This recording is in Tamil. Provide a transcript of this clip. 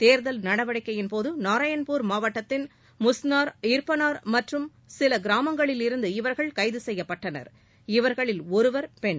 தேர்தல் நடவடிக்கையின் போது நாராயண்பூர் மாவட்டத்தின் முஸ்நார் இர்பானார் மற்றும் சில கிராமங்களிலிருந்து இவர்கள் கைது செய்யப்பட்டனர் இவர்களில் ஒருவர் பெண்